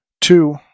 Two